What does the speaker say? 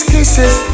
Kisses